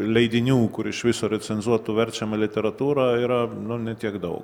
leidinių kur iš viso recenzuotų verčiamą literatūrą yra ne tiek dau